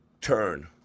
Turn